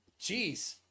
Jeez